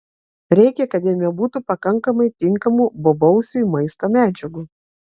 reikia kad jame būtų pakankamai tinkamų bobausiui maisto medžiagų